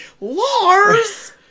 Lars